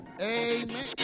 Amen